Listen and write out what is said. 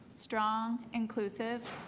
strong, inclusive,